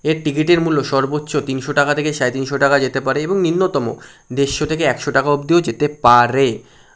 এর টিকিটের মূল্য সর্বোচ্চ তিনশো টাকা থেকে সাড়ে তিনশো টাকা যেতে পারে এবং নিতম দেশ থেকে একশো টাকা অব্দিও যেতে পারে